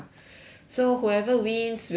so whoever wins will